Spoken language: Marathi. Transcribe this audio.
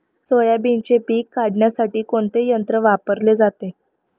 सोयाबीनचे पीक काढण्यासाठी कोणते यंत्र वापरले जाते?